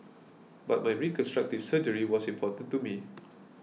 but my reconstructive surgery was important to me